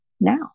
now